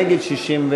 נגד, 61,